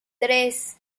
tres